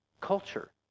culture